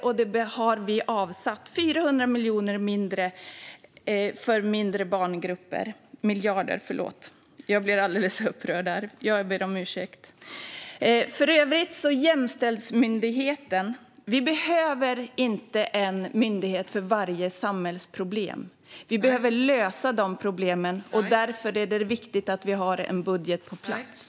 Vi har avsatt 400 miljarder för mindre barngrupper. När det gäller Jämställdhetsmyndigheten behöver vi inte en myndighet för varje samhällsproblem. Vi behöver lösa problemen. Därför är det viktigt att vi har en budget på plats.